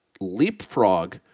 leapfrog